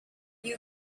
you